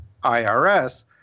IRS